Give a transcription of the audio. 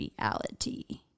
reality